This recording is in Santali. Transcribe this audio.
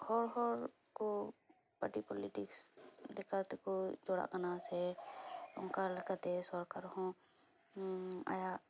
ᱦᱚᱲ ᱦᱚᱲ ᱠᱚ ᱯᱟᱴᱤ ᱯᱳᱞᱤᱴᱤᱠᱥ ᱞᱮᱠᱟ ᱛᱮᱠᱚ ᱡᱚᱲᱟᱜ ᱠᱟᱱᱟ ᱥᱮ ᱚᱱᱠᱟ ᱞᱮᱠᱟᱛᱮ ᱥᱚᱨᱠᱟ ᱦᱚᱸ ᱟᱭᱟᱜ